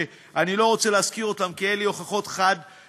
שאני לא רוצה להזכיר אותן כי אין לי הוכחות חד-משמעיות,